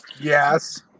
yes